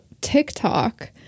TikTok